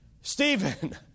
Stephen